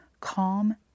Calm